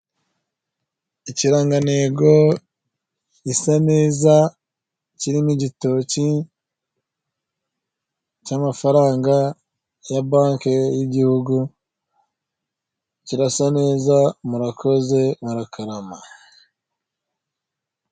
Ikirangantego gisa neza kirimo igitoki, cy'amafaranga ya banki y'igihugu, kirasa neza murakoze murakarama.